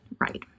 right